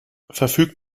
verfügt